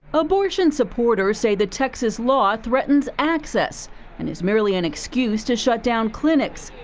abortion supporters say the texas law threatens access and is merely an excuse to shut down clinics.